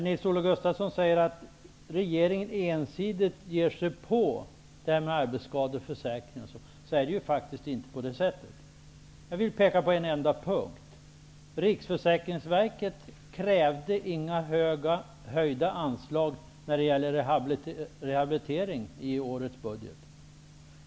Nils-Olof Gustafsson säger att regeringen ensidigt ger sig på arbetsskadeförsäkringen, men det är faktiskt inte så. Jag vill peka på en enda punkt. Riksförsäkringsverket krävde inga höjda anslag till rehabilitering i årets budget.